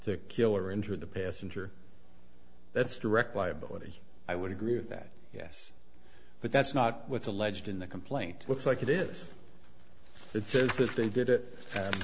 to kill or injure the passenger that's a direct liability i would agree with that yes but that's not what's alleged in the complaint looks like it is it says that they did it